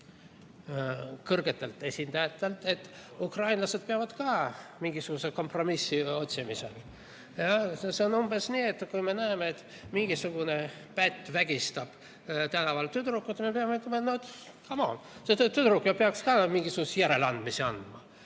kõrgetelt esindajatelt, et ukrainlased peavad ka mingisugust kompromissi otsima. See on umbes nii, et kui me näeme, et mingisugune pätt vägistab tänaval tüdrukut, siis me mõtleme, etcome on, see tüdruk peaks ju ka mingisuguseid järeleandmisi tegema.